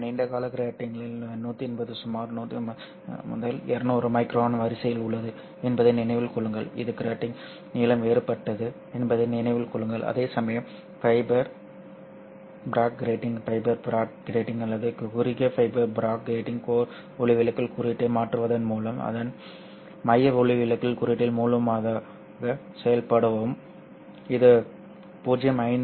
இந்த நீண்ட கால கிராட்டிங்கில் 150 சுமார் 150 முதல் 200 மைக்ரான் வரிசையில் உள்ளது என்பதை நினைவில் கொள்ளுங்கள் இது கிராட்டிங்கின் நீளம் வேறுபட்டது என்பதை நினைவில் கொள்ளுங்கள் அதேசமயம் fibre Bragg grating fibre Bragg grating அல்லது குறுகிய ஃபைபர் ப்ராக் கிரேட்டிங் கோர் ஒளிவிலகல் குறியீட்டை மாற்றுவதன் மூலம் அதன் மைய ஒளிவிலகல் குறியீட்டில் முழுவதுமாக செயல்படுத்தவும் about இது 0